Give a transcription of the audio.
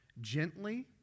gently